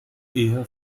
eher